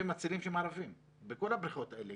מצילים שהם ערבים בכל הבריכות האלה,